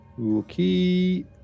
Okay